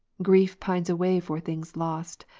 grief pines away forthings lost,